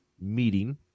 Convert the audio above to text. meeting